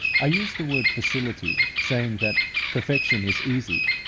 i use the word facility, saying that perfection is easy,